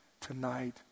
tonight